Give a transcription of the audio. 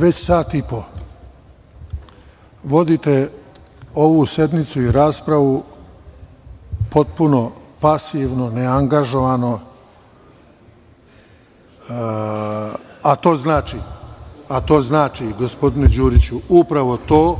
Već sat i po vodite ovu sednicu i raspravu potpuno pasivno, neangažovano, a to znači, gospodine Đuriću, upravo to